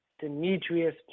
Demetrius